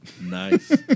Nice